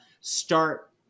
start